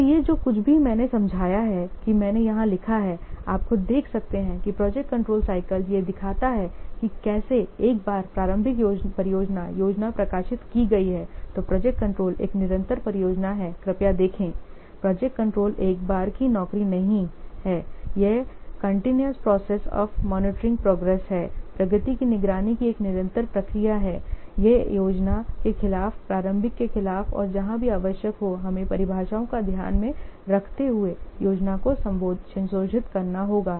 तो यह जो कुछ भी मैंने समझाया है कि मैंने यहां लिखा है आप खुद देख सकते हैं कि प्रोजेक्ट कंट्रोल साइकल यह दिखाता है कि कैसे एक बार प्रारंभिक परियोजना योजना प्रकाशित की गई है तो प्रोजेक्ट कंट्रोल एक निरंतर परियोजना है कृपया देखें प्रोजेक्ट कंट्रोल एक बार की नौकरी नहीं यह continue process of monitoring progress है प्रगति की निगरानी की एक निरंतर प्रक्रिया है एक योजना के खिलाफ प्रारंभिक के खिलाफ और जहां भी आवश्यक हो हमें परिभाषाओं को ध्यान में रखते हुए योजना को संशोधित करना होगा